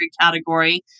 category